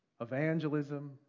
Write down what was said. evangelism